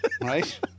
right